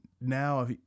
now